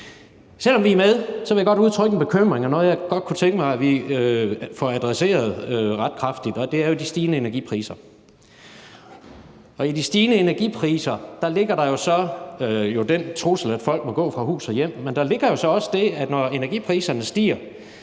Selv om vi er med, vil jeg godt udtrykke en bekymring om noget, som jeg godt kunne tænke mig at vi får adresseret, og det er jo de stigende energipriser. I de stigende energipriser ligger der den trussel, at folk må gå fra hus og hjem, men der ligger jo så også det, at når energipriserne stiger,